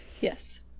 yes